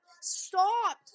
Stop